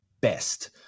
best